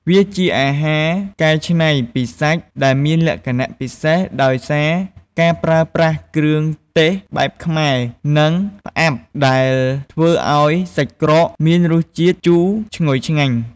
វាជាអាហារកែច្នៃពីសាច់ ដែលមានលក្ខណៈពិសេសដោយសារការប្រើប្រាស់គ្រឿងទេសបែបខ្មែរ និង ផ្អាប់ដែលធ្វើឱ្យសាច់ក្រកមានរសជាតិជូរឈ្ងុយឆ្ងាញ់។